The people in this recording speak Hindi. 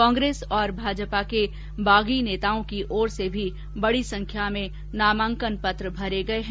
कांग्रेस और भाजपा के बागी नेताओं की ओर से भी बड़ी संख्या में नामांकन दाखिल भरे गये हैं